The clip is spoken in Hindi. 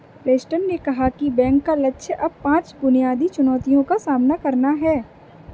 प्रेस्टन ने कहा कि बैंक का लक्ष्य अब पांच बुनियादी चुनौतियों का सामना करना है